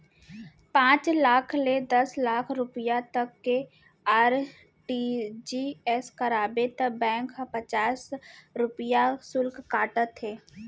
पॉंच लाख ले दस लाख रूपिया तक के आर.टी.जी.एस कराबे त बेंक ह पचास रूपिया सुल्क काटथे